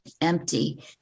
empty